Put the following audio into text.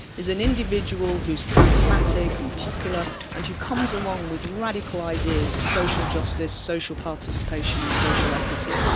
is an individual who's charismatic and popular and who comes along with radical ideas of social justice, social participation and social equity.